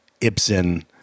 Ibsen